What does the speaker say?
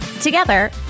Together